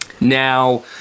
Now